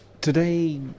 today